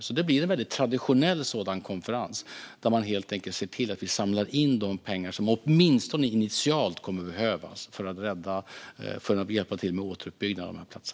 Det blir därför en väldigt traditionell sådan konferens där man helt enkelt ser till att samla in de pengar som åtminstone initialt kommer att behövas för att hjälpa till med återuppbyggnaden av dessa platser.